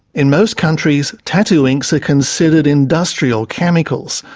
in most countries, tattoo inks are considered industrial chemicals,